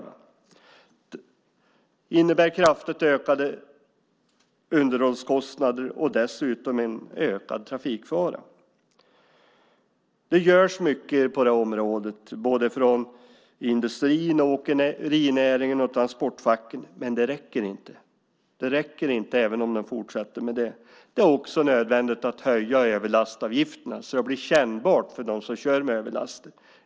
Det innebär kraftigt ökade underhållskostnader och dessutom en ökad trafikfara. Det görs mycket på området både från industrin, åkerinäringen och transportfacken. Men det räcker inte, även om de fortsätter med det. Det är också nödvändigt att höja överlastavgifterna så att det blir kännbart för dem som kör med överlaster.